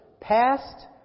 past